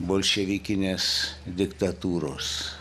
bolševikinės diktatūros